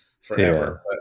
forever